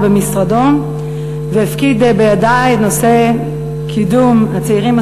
במשרדו והפקיד בידי את נושא קידום הצעירים,